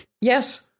Yes